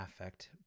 affect